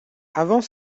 avant